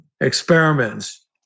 experiments